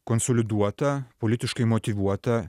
konsoliduota politiškai motyvuota